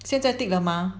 现在 tick 了吗